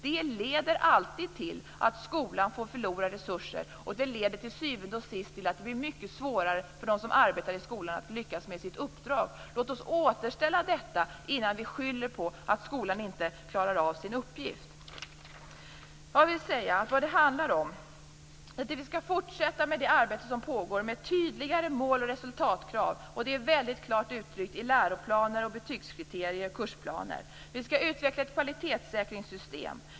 Detta leder alltid till att skolan förlorar resurser, och det leder till syvende och sist till att det blir mycket svårare för dem som arbetar i skolan att lyckas med sitt uppdrag. Låt oss återställa detta innan vi skyller på att skolan inte klarar av sin uppgift. Vad det handlar om är att vi skall fortsätta med det arbete som pågår, med tydligare mål och resultatkrav. Det är väldigt klart uttryckt i läroplaner, betygskriterier och kursplaner. Vi skall utveckla ett kvalitetssäkringssystem.